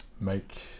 make